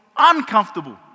uncomfortable